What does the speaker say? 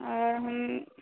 आओर हम